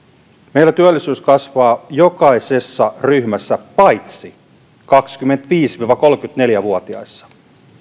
meillä työllisyys kasvaa jokaisessa ryhmässä paitsi kaksikymmentäviisi viiva kolmekymmentäneljä vuotiaissa